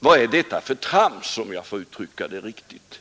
Vad är detta för trams, om jag får uttrycka det riktigt.